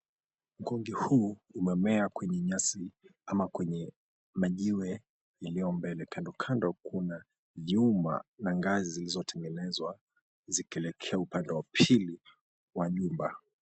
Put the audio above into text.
Mkonge huu umemea kwenye nyasi ama kwenye majiwe yalio mbele. Kandokando kuna vyuma vya ngazi zilizotengenezwa zikielekea upande wa pili wa nyumba.